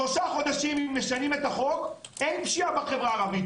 שלושה חודשים אם משנים את החוק אין פשיעה בחברה הערבית.